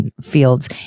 fields